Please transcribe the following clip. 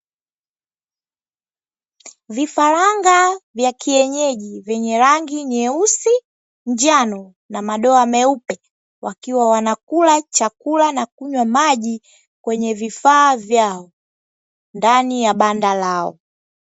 Vifaranga vya kienyeji vyenye rangi nyeusi, njano na madoa meupe, wakiwa wanakula chakula na kunywa maji kwenye vifaa vyao ndani ya banda lao.